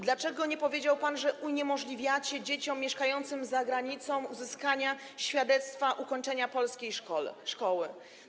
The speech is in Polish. Dlaczego nie powiedział pan, że uniemożliwiacie dzieciom mieszkającym za granicą uzyskanie świadectwa ukończenia polskiej szkoły?